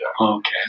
Okay